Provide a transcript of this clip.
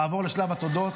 אעבור לשלב התודות.